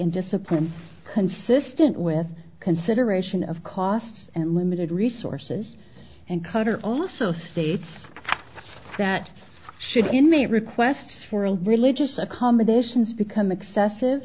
and discipline consistent with consideration of cost and limited resources and cutter also states that should any requests for a religious accommodations become excessive